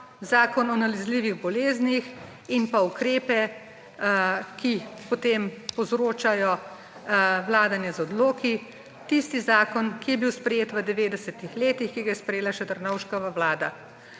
Zakon o nalezljivih boleznih in pa ukrepe, ki potem povzročajo vladanje z odloki. Tisti zakon, ki je bil sprejet v devetdesetih letih, je sprejela še Drnovškova vlada,